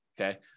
Okay